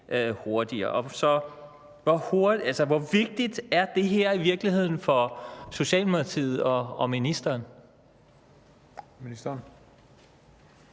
hvor vigtigt er det her i virkeligheden for Socialdemokratiet og ministeren?